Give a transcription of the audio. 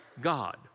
God